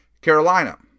Carolina